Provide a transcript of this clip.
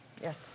Yes